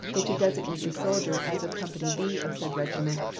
it should designate the soldier as of company b of said regiment,